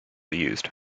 used